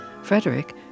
Frederick